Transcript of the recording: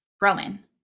Roman